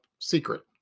secret